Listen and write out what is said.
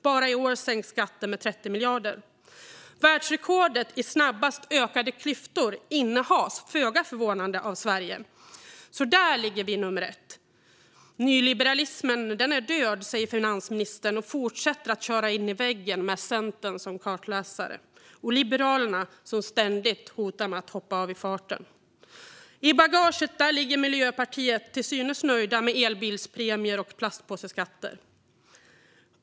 Bara i år sänks skatten med 30 miljarder. Världsrekordet i snabbast ökade klyftor innehas föga förvånande av Sverige - där är vi nummer ett. Nyliberalismen är död, säger finansministern. Och hon fortsätter att köra in i väggen med Centern som kartläsare och med Liberalerna som ständigt hotar med att hoppa av i farten. I bagaget ligger Miljöpartiet, till synes nöjda med elbilspremier och plastpåseskatter.